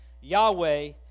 Yahweh